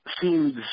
seems